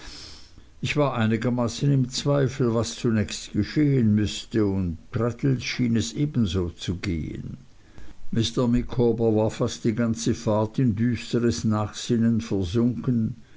ich war einigermaßen im zweifel was zunächst geschehen müßte und traddles schien es ebenso zu gehen mr micawber war fast die ganze fahrt in düsteres nachsinnen versunken